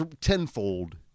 tenfold